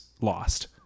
lost